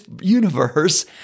universe